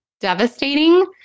devastating